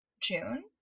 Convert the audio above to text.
June